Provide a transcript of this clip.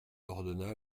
ordonna